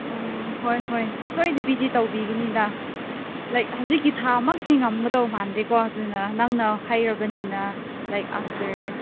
ꯎꯝ ꯍꯣꯏ ꯍꯣꯏ ꯁꯣꯏꯗꯕꯤꯗꯤ ꯇꯧꯕꯤꯒꯅꯤꯗ ꯂꯥꯏꯛ ꯍꯧꯖꯤꯛꯀꯤ ꯊꯥ ꯃꯛꯇꯤ ꯉꯝꯒꯗꯧꯕ ꯃꯥꯟꯗꯦꯀꯣ ꯑꯗꯨꯅ ꯅꯪꯅ ꯍꯥꯏꯔꯕꯅꯤꯅ ꯂꯥꯏꯛ ꯑꯥꯐꯇꯔ